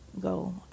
go